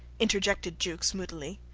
interjected jukes, moodily.